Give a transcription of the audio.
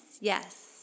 yes